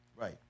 Right